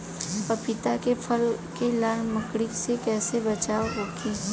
पपीता के फल के लाल मकड़ी से कइसे बचाव होखि?